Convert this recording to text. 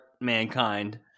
mankind